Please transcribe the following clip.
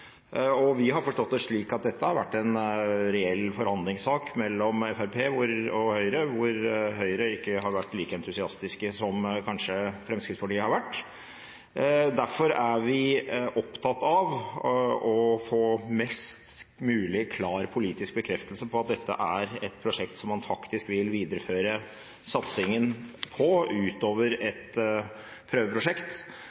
Vi har forstått det slik at dette har vært en reell forhandlingssak mellom Fremskrittspartiet og Høyre, hvor Høyre ikke har vært like entusiastisk som Fremskrittspartiet kanskje har vært. Derfor er vi opptatt av å få mest mulig klar politisk bekreftelse på at dette er et prosjekt som man faktisk vil videreføre satsingen på, utover et prøveprosjekt.